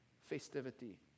festivity